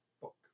book